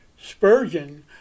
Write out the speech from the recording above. Spurgeon